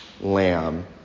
lamb